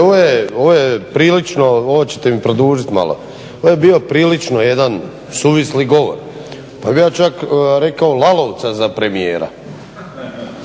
Ovo je prilično, ovo ćete mi produžit malo. Ovo je bio prilično jedan suvisli govor, pa bih ja čak rekao Lalovca za premijera.